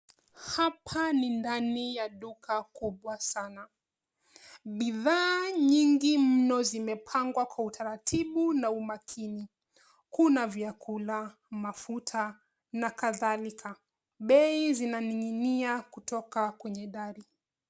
Hapa ni ndani ya duka kubwa sana. Bidhaa nyingi mno zimepangwa kwa utaratibu na umakini. Kuna vyakula, mafuta na kadhalika. Bei zinaningia kutoka kwenye dari.